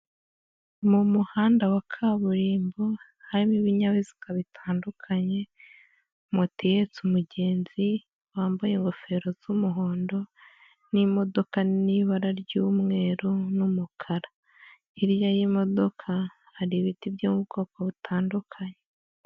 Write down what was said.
Mu muhanda wa kaburimbo, harimo ibinyabiziga bitandukanye, moto ihetse umugenzi, wambaye ingofero z'umuhondo n'imodoka n'ibara ry'umweru n'umukara, hirya y'imodoka hari ibiti byo mu bwoko butandukanye.